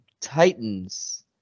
Titans